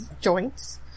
joints